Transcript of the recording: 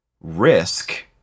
risk